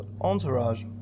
entourage